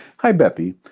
hi beppi.